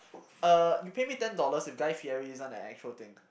uh you pay me ten dollars if guy-theory is not an actual thing